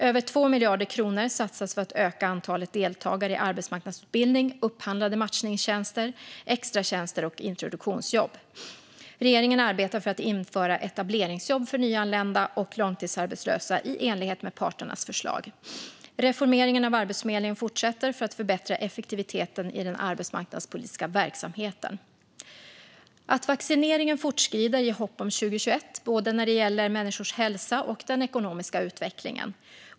Över 2 miljarder kronor satsas för att öka antalet deltagare i arbetsmarknadsutbildning, upphandlade matchningstjänster, extratjänster och introduktionsjobb. Regeringen arbetar för att införa etableringsjobb för nyanlända och långtidsarbetslösa, i enlighet med parternas förslag. Reformeringen av Arbetsförmedlingen fortsätter för att förbättra effektiviteten i den arbetsmarknadspolitiska verksamheten. Att vaccineringen fortskrider ger hopp om 2021, både när det gäller människors hälsa och den ekonomiska utvecklingen.